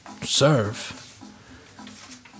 serve